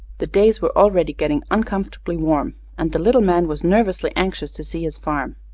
the days were already getting uncomfortably warm, and the little man was nervously anxious to see his farm.